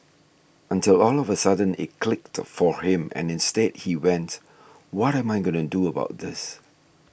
until all of a sudden it clicked for him and instead he went what am I doing about this